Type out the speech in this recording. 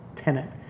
Tenant